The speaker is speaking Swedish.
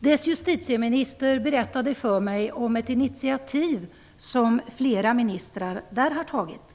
Norges justitieminister berättade för mig om ett initiativ som flera ministrar där har tagit.